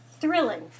thrilling